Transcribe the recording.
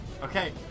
Okay